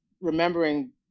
remembering